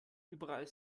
überall